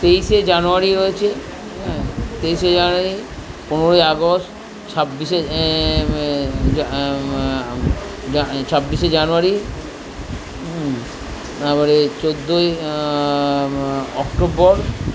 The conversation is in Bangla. তেইশে জানুয়ারি রয়েছে তেইশে জানুয়ারি পনেরোই আগস্ট ছাব্বিশে ছাব্বিশে জানুয়ারি তারপরে চোদ্দোই অক্টোবর